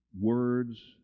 words